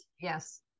Yes